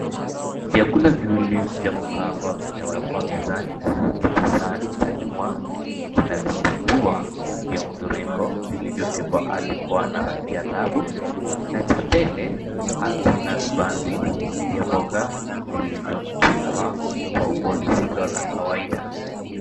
Vyakula viwili vya kukaangwa vimewekwa mezani. Kijisahani cha nyuma kina vitumbua vya mviringo vilivyopikwa hadi kuwa na rangi ya dhahabu, na cha mbele hakina vibanzi vya mboga vilivyopikwa kwa umbo lisilo la kawaida.